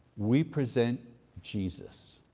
we present jesus.